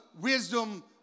wisdom